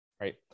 right